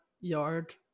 yard